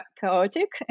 chaotic